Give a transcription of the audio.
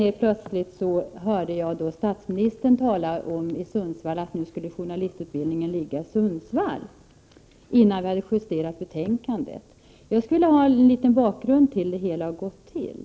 Helt plötsligt hörde jag då, innan vi hade justerat betänkandet, statsministern i Sundsvall tala om att journalistutbildningen skall ligga i Sundsvall. Jag skulle gärna vilja veta hur det har gått till.